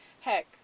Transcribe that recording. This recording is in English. Heck